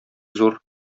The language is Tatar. зур